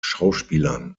schauspielern